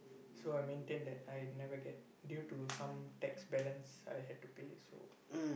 so I maintain that I never get due to some tax balance I had to pay so